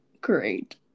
great